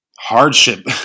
hardship